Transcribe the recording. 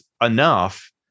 enough